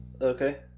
Okay